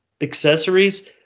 accessories